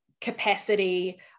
capacity